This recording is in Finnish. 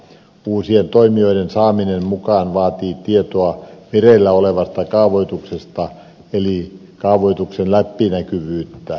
uusien toimijoiden saaminen mukaan vaatii tietoa vireillä olevasta kaavoituksesta eli kaavoituksen läpinäkyvyyttä